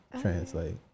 translate